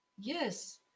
Yes